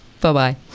Bye-bye